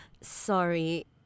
Sorry